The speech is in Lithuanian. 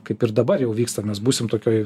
kaip ir dabar jau vyksta mes būsim tokioj